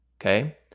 okay